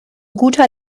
guter